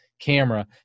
camera